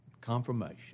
confirmation